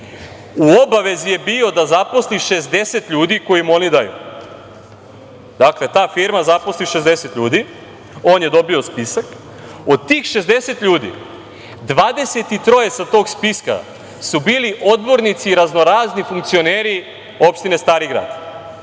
U obavezi je bio da zaposli 60 ljudi koje mu oni daju. Dakle, ta firma zaposli 60 ljudi, on je dobio spisak. Od tih 60 ljudi, 23 sa tog spiska su bili odbornici i raznorazni funkcioneri opštine Stari Grad.